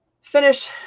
finish